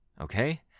Okay